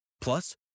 Plus